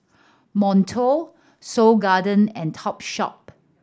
Monto Seoul Garden and Topshop